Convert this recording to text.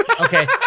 Okay